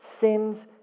sins